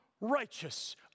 righteous